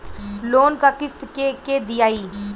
Loan क किस्त के के दियाई?